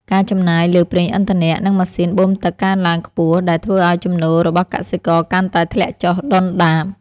ការចំណាយលើប្រេងឥន្ធនៈ និងម៉ាស៊ីនបូមទឹកកើនឡើងខ្ពស់ដែលធ្វើឱ្យចំណូលរបស់កសិករកាន់តែធ្លាក់ចុះដុនដាប។